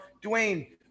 Dwayne